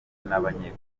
n’abanye